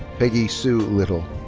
peggy sue little.